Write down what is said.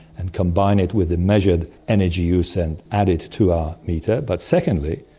and combine it with a measured energy use and add it to our meter. but secondly,